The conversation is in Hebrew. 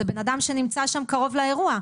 זה בן אדם שנמצא שם קרוב לכונן.